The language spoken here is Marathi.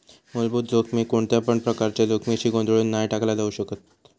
मुलभूत जोखमीक कोणत्यापण प्रकारच्या जोखमीशी गोंधळुन नाय टाकला जाउ शकत